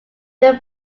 their